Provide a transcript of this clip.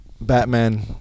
Batman